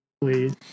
please